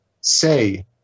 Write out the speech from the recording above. say